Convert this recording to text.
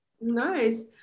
Nice